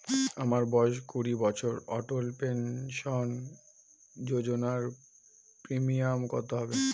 আমার বয়স কুড়ি বছর অটল পেনসন যোজনার প্রিমিয়াম কত হবে?